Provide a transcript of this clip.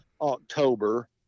october